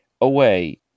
away